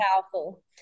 powerful